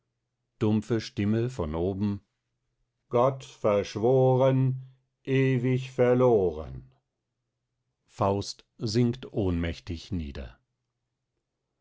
dumpfe stimme von oben gott verschworen ewig verloren faust sinkt ohnmächtig nieder